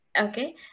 Okay